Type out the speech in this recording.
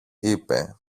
είπε